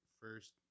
first